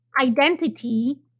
identity